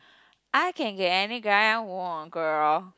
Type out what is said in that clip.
I can get any guy I want girl